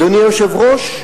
אדוני היושב-ראש,